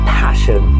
passion